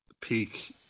peak